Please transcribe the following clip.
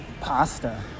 pasta